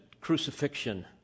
crucifixion